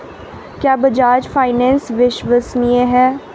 क्या बजाज फाइनेंस विश्वसनीय है?